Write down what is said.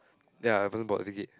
ya a person bought the ticket